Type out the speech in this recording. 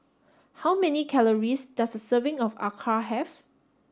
how many calories does a serving of Acar have